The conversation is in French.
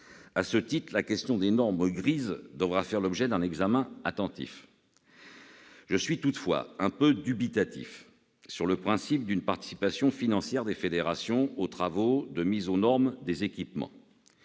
À ce titre, la question des « normes grises » devra faire l'objet d'un examen attentif. Je suis toutefois un peu dubitatif sur le principe d'une participation financière des fédérations aux travaux de mise aux normes des équipements.